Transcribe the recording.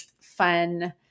fun –